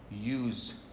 use